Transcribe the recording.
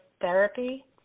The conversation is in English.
therapy